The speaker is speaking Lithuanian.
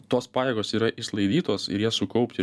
tos pajėgos yra išsklaidytos ir jas sukaupti